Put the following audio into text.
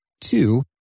two